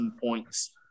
points